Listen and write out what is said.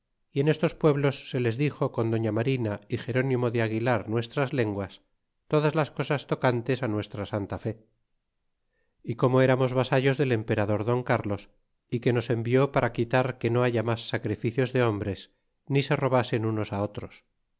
y en estos pueblos se les dixo con doña marina y gerónimo de aguilar nuestras lenguas todas las cosas tocantes á nuestra santa fe y como eramos vasallos del emperador don carlos é que nos envió para quitar que no haya mas sacrificios de hombres ni se robasen unos á otros